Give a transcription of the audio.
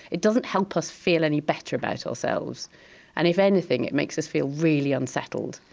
it doesn't help us feel any better about ourselves and, if anything, it makes us feel really unsettled.